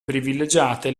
privilegiate